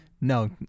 No